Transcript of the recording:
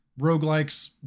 roguelikes